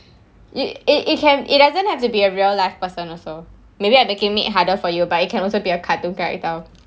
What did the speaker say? it it it can it doesn't have to be a real life person also maybe I'm making it harder for you but it can also be a cartoon character